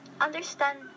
understand